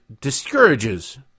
discourages